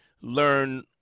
learn